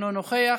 אינו נוכח,